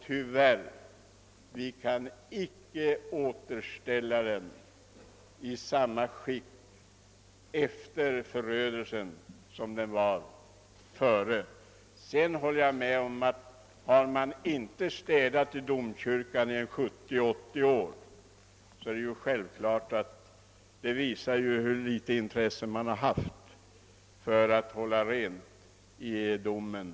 Tyvärr kan vi inte återställa den i samma skick som den var i före förödelsen. Om det inte städats i domkyrkan på 70—380 år, så visar ju det hur litet intresse man har haft för att hålla rent i domen.